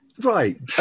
Right